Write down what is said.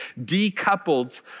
decoupled